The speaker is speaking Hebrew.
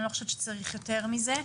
אני לא חושבת שצריך יותר מזה.